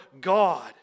God